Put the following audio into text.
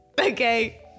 okay